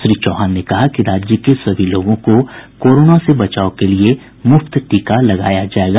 श्री चौहान ने कहा कि राज्य के सभी लोगों को कोरोना से बचाव के लिए मुफ्त कोविड टीका लगाया जायेगा